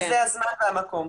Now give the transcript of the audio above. אז זה הזמן והמקום.